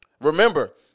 Remember